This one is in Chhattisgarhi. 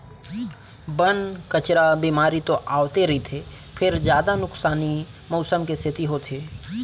बन, कचरा, बेमारी तो आवते रहिथे फेर जादा नुकसानी मउसम के सेती होथे